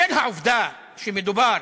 בשל העובדה שמדובר